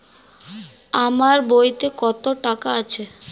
আমার বইতে কত টাকা আছে?